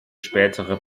spätere